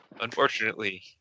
Unfortunately